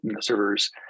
servers